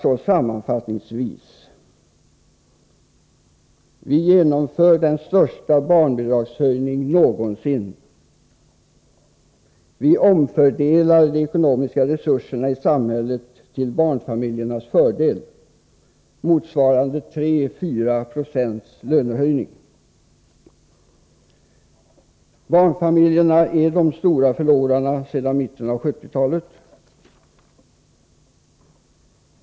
Sammanfattningsvis: Vi genomför nu den största barnbidragshöjningen någonsin. Vi omfördelar de ekonomiska resurserna i samhället till barnfamiljernas fördel, motsvarande en lönehöjning på 34 26. Barnfamiljerna är de stora förlorarna sedan mitten av 1970-talet.